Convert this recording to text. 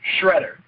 Shredder